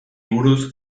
buruz